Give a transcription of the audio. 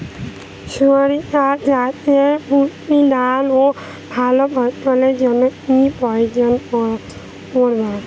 শরিষা চাষে পুষ্ট দানা ও ভালো ফলনের জন্য কি প্রয়োগ করব?